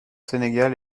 sénégal